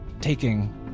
taking